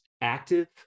active